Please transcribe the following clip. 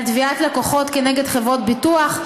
על תביעת לקוחות כנגד חברות ביטוח?